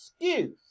excuse